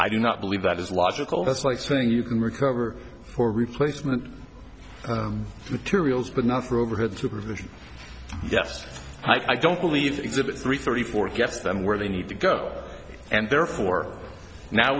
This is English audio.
i do not believe that is logical that's like saying you can recover for replacement materials but not for overhead supervision yes i don't believe exhibit three thirty four gets them where they need to go and therefore now